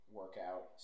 workout